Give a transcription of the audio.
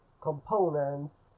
components